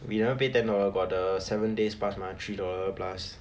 we never pay pay ten dollars got the seven days pass mah three dollar plus